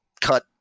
cut